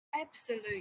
absolute